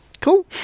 cool